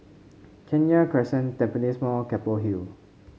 Kenya Crescent Tampines Mall Keppel Hill